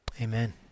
amen